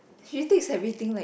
she takes everything like